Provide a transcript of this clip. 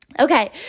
Okay